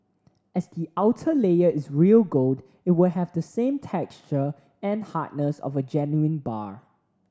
as the outer layer is real gold it will have the same texture and hardness of a genuine bar